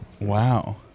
Wow